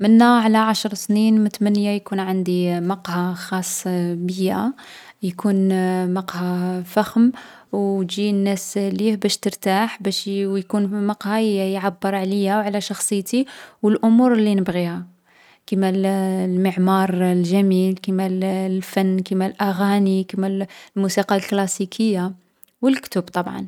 منا على عشر سنين متمنية يكون عندي مقهى خاص بيا. يكون مقهى فخم او تجي الناس ليه باش ترتاح، باش يـ ويكون مقهى يـ يعبّر عليا و على شخصيتي و الأمور لي نبغيها: كيما الـ المعمار الجميل، كيما الـ الفن كيما الأغاني، كيما الـ الموسيقى الكلاسيكية و الكتب طبعا.